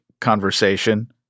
conversation